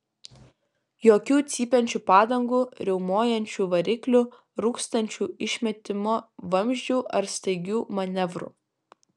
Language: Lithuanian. jokių cypiančių padangų riaumojančių variklių rūkstančių išmetimo vamzdžių ar staigių manevrų